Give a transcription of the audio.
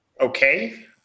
okay